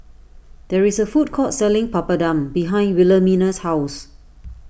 there is a food court selling Papadum behind Wilhelmina's house